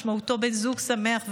משמעותו בן זוג שמח,